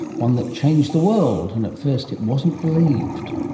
one that changed the world. and at first it wasn't believed.